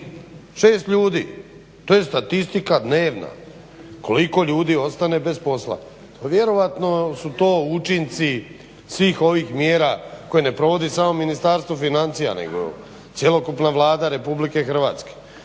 šest ljudi, to je statistika dnevna koliko ljudi ostane bez posla. Pa vjerojatno su to učinci svih ovih mjera koje ne provod samo Ministarstvo financija nego cjelokupna Vlada RH. Danas